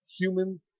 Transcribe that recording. human